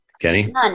Kenny